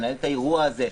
לנהל את האירוע הזה.